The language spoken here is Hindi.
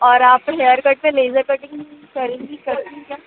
और आप हेयरकट पर लेज़र कटिंग करेंगी क्या